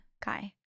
Kai